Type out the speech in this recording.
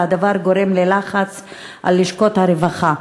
והדבר גורם ללחץ על לשכות הרווחה.